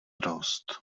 dost